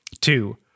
two